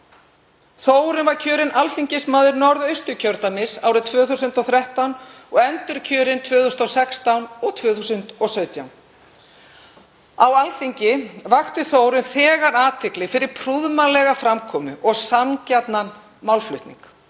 Þórunn var kjörin alþingismaður Norðausturkjördæmis 2013 og endurkjörin 2016 og 2017. Á Alþingi vakti Þórunn þegar athygli fyrir prúðmannlega framkomu og sanngjarnan málflutning.